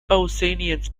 pausanias